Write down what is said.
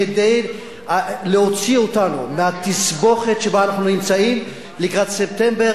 כדי להוציא אותנו מהתסבוכת שאנחנו נמצאים בה לקראת ספטמבר.